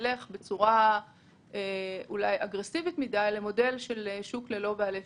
שנלך בצורה אגרסיבית מידי למודל של שוק ללא בעלי שליטה.